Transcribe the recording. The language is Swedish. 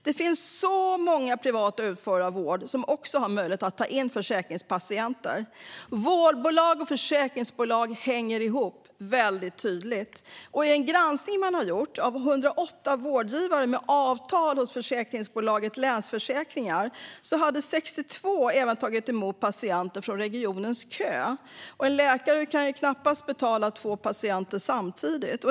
Det finns många privata utförare av vård som också har möjlighet att ta in försäkringspatienter. Vårdbolag och försäkringsbolag hänger ihop väldigt tydligt. I en granskning man har gjort av 108 vårdgivare med avtal hos försäkringsbolaget Länsförsäkringar visade det sig att 62 av dem även hade tagit emot patienter från regionens kö. En läkare kan knappast behandla två patienter samtidigt.